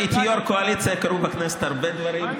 כשהייתי יו"ר קואליציה קרו בכנסת הרבה דברים,